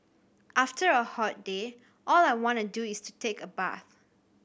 after a hot day all I want to do is to take a bath